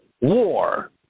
War